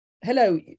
hello